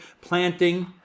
planting